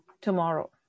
tomorrow